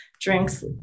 drinks